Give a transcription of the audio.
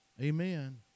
Amen